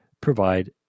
provide